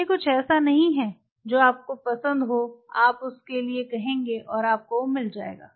यह कुछ ऐसा नहीं है जो आपको पसंद हो आप उसके लिए कहेंगे और आपको वह मिल जाएगा